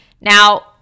Now